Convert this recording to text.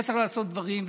היה צריך לעשות דברים,